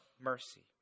mercy